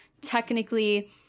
technically